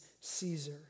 Caesar